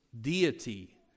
deity